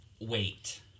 wait